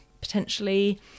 potentially